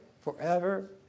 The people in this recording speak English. forever